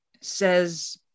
says